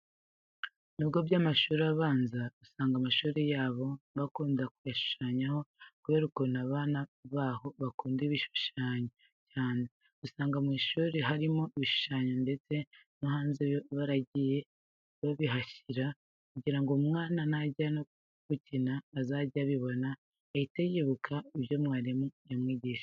Mu bigo by'amashuri abanza usanga amashuri yabo bakunda kuyashushanyaho kubera ukuntu abana baho bakumda ibnishushanyo cyane. Usanga mu ishuri harimo ibishushanyo ndetse no hanze baragiye babihashyira kugira ngo umwana najya no gukina azajye abibona ahite yibuka ibyo mwarimu yamwigishije.